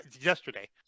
yesterday